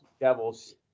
Devils